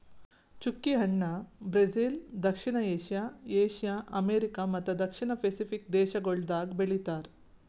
ಚ್ಚುಕಿ ಹಣ್ಣ ಬ್ರೆಜಿಲ್, ದಕ್ಷಿಣ ಏಷ್ಯಾ, ಏಷ್ಯಾ, ಅಮೆರಿಕಾ ಮತ್ತ ದಕ್ಷಿಣ ಪೆಸಿಫಿಕ್ ದೇಶಗೊಳ್ದಾಗ್ ಬೆಳಿತಾರ್